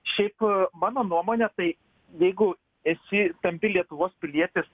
šiaip mano nuomone tai jeigu esi tampi lietuvos pilietis